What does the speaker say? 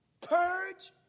purge